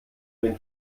den